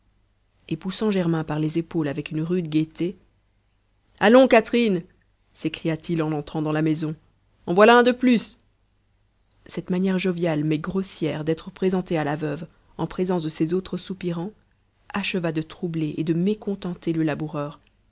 et poussant germain par les épaules avec une rude gaieté allons catherine s'écria-t-il en entrant dans la maison en voilà un de plus cette manière joviale mais grossière d'être présenté à la veuve en présence de ses autres soupirants acheva de troubler et de mécontenter le laboureur